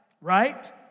right